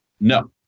No